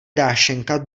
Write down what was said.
dášeňka